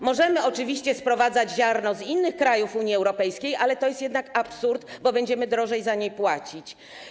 Możemy oczywiście sprowadzać ziarno z innych krajów Unii Europejskiej, ale to jest jednak absurd, bo będziemy drożej za nie płacić.